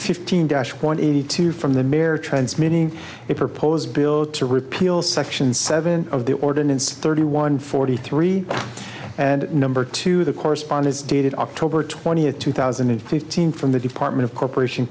fifteen dash twenty two from the mayor transmitting the proposed bill to repeal section seven of the ordinance thirty one forty three and number two the correspondence dated october twentieth two thousand and fifteen from the department of corporation